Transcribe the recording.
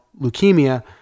leukemia